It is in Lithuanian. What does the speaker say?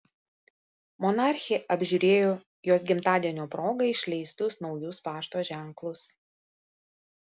monarchė apžiūrėjo jos gimtadienio proga išleistus naujus pašto ženklus